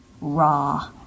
Raw